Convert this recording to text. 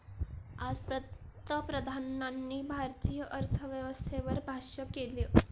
आज पंतप्रधानांनी भारतीय अर्थव्यवस्थेवर भाष्य केलं